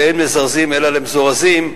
ואין מזרזין אלא למזורזין,